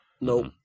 Nope